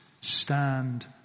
stand